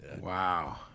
wow